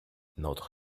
notre